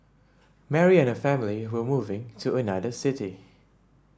Mary and family were moving to another city